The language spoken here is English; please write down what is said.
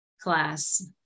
class